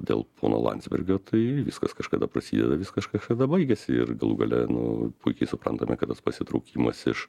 dėl pono landsbergio tai viskas kažkada prasideda vis kažkada baigiasi ir galų gale nu puikiai suprantame kad tas pasitraukimas iš